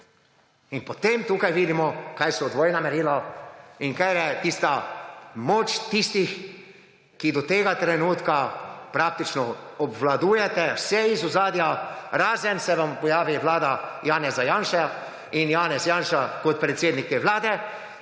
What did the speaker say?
In potem tukaj vidimo, kaj so dvojna merila in katera je moč tistih, ki do tega trenutka praktično obvladujete vse iz ozadja, razen ko se vam pojavi vlada Janeza Janše in Janez Janša kot predsednik te vlade,